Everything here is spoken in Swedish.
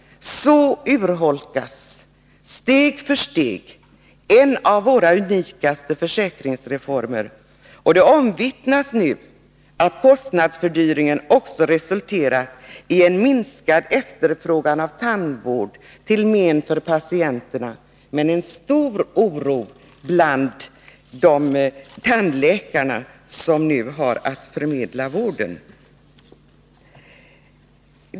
Så urholkas steg för steg en av våra unikaste försäkringsreformer. Det omvittnas nu att kostnadsfördyringen också resulterar i en minskad efterfrågan av tandvård, till men för patienterna och med en stor oro bland tandläkarna som ju har att förmedla vården.